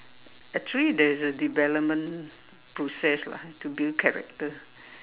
actually there's a development process lah to build character